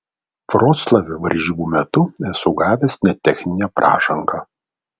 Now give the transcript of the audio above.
vroclave varžybų metu esu gavęs net techninę pražangą